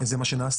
וזה מה שנעשה.